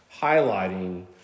highlighting